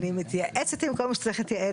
אני מתייעצת עם כל מי שצריך להתייעץ.